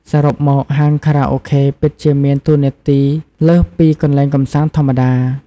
សរុបមក ហាងខារ៉ាអូខេពិតជាមានតួនាទីលើសពីកន្លែងកម្សាន្តធម្មតា។